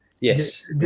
Yes